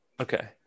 Okay